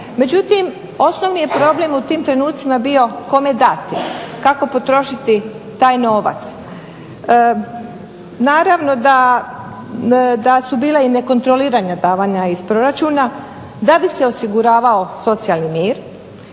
Međutim, osnovni je problem u tim trenucima bio kome dati, kako potrošiti taj novac. Naravno da su bila i nekontrolirana davanja iz proračuna da bi se osiguravao socijalni mir,